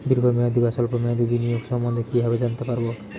দীর্ঘ মেয়াদি বা স্বল্প মেয়াদি বিনিয়োগ সম্বন্ধে কীভাবে জানতে পারবো?